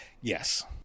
yes